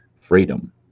freedom